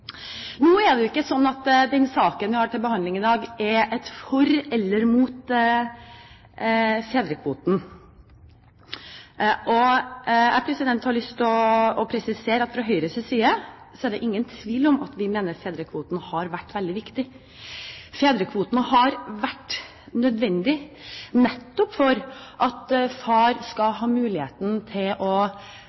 Nå er det ikke slik at den saken vi har til behandling i dag, er et for eller mot fedrekvoten. Jeg har lyst til å presisere at fra Høyres side er det ingen tvil om at vi mener fedrekvoten har vært veldig viktig. Fedrekvoten har vært nødvendig nettopp for at far skal ha muligheten til å